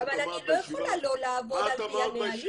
את אמרת בישיבה --- אבל אני לא יכולה לא לעבוד על פי הנהלים.